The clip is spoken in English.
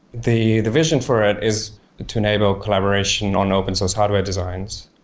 the the vision for it is to enable collaboration on open source hardware designs.